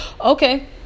okay